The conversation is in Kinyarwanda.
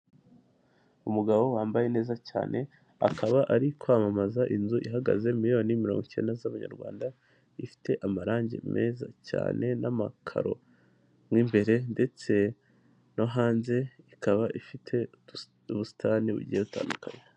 Umugabo wambaye neza cyane, akaba ari kwamamaza inzu ihagaze miriyoni mirongo icyenda z'amanyarwanda ,ifite amarangi meza cyane n'amakaro mo imbere ndetse no hanze ikaba ifite ubusitani bugiye butandukanye.